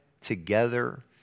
together